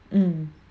mm